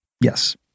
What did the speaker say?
Yes